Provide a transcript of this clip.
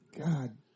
God